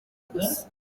gusa